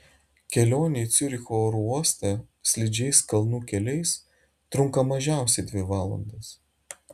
kelionė į ciuricho oro uostą slidžiais kalnų keliais trunka mažiausiai dvi valandas